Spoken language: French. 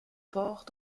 port